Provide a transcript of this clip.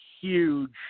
huge